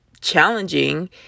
challenging